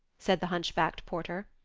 said the hunchbacked porter.